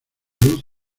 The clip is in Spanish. luz